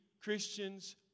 Christians